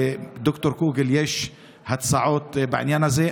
לד"ר קוגל יש הצעות בעניין הזה.